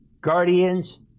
guardians